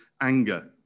anger